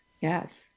yes